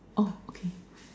orh okay